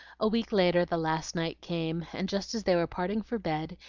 a week later the last night came, and just as they were parting for bed,